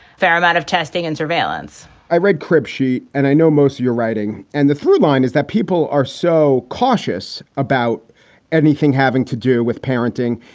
fair amount of testing and surveillance i read crib sheet and i know most of your writing and the through line is that people are so cautious about anything having to do with parenting.